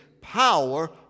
power